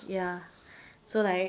ya so like